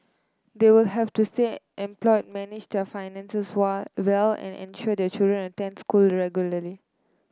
they will have to stay employed managed their finances well and ensure their children attend school regularly